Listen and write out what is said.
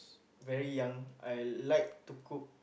very young I like to cook